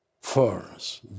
first